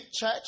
church